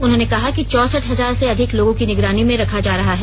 उन्होंने कहा कि चौंसठ हजार से अधिक लोगों को निगरानी में रखा जा रहा है